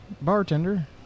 bartender